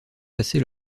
passer